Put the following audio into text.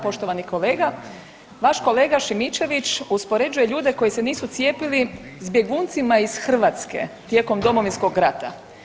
Poštovani kolega vaš kolega Šimičević uspoređuje ljude koji se nisu cijepili s bjeguncima iz Hrvatske tijekom Domovinskog rata.